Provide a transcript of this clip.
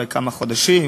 אולי לכמה חודשים,